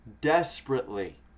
desperately